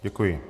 Děkuji.